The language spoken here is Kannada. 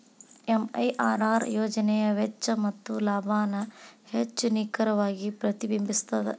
ಎಂ.ಐ.ಆರ್.ಆರ್ ಯೋಜನೆಯ ವೆಚ್ಚ ಮತ್ತ ಲಾಭಾನ ಹೆಚ್ಚ್ ನಿಖರವಾಗಿ ಪ್ರತಿಬಿಂಬಸ್ತ